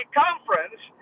conference